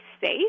safe